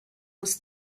was